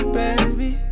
baby